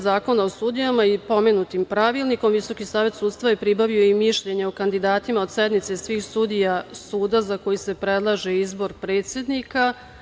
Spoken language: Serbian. Zakona o sudijama i pomenutim pravilnikom Visoki savet sudstva je pribavio i mišljenje o kandidatima od sednice svih sudija suda za koji se predlaže izbor predsednika.